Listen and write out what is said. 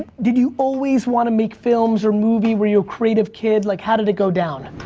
did you always want to make films or movie, were you a creative kid? like how did it go down?